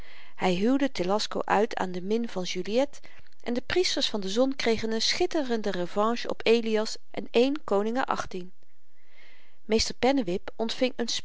hy huwde telasko uit aan de min van juliet en de priesters van de zon kregen n schitterende revanche op elias en i kon meester pennewip ontving